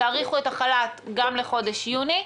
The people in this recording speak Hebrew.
תאריכו את החל"ת גם לחודש יוני.